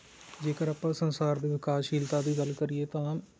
ਜੇਕਰ ਆਪਾਂ ਸੰਸਾਰ ਦੇ ਵਿਕਾਸਸ਼ੀਲਤਾ ਦੀ ਗੱਲ ਕਰੀਏ ਤਾਂ